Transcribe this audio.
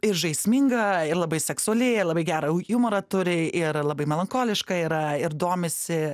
ir žaisminga ir labai seksuali ir labai gerą jumorą turi ir labai melancholiška yra ir domisi